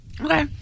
Okay